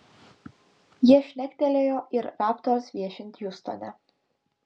jie šnektelėjo ir raptors viešint hjustone